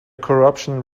corruption